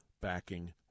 backing